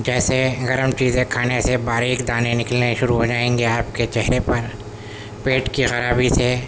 جیسے گرم چیزیں کھانے سے باریک دانے نکلنے شروع ہو جائیں گے آپ کے چہرے پر پیٹ کی خرابی سے